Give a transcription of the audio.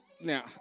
now